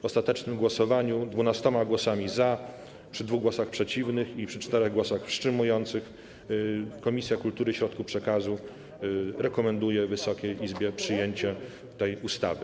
W ostatecznym głosowaniu 12 głosami za, przy 2 głosach przeciwnych i przy 4 głosach wstrzymujących, Komisja Kultury i Środków Przekazu zarekomendowała Wysokiej Izbie przyjęcie tej ustawy.